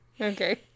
okay